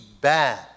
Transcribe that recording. bad